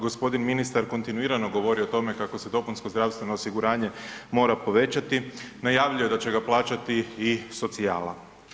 Gospodin ministar kontinuirano govori o tome kako se dopunsko zdravstveno osiguranje mora povećati, najavljuje da će ga plaćati i socijala.